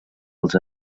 els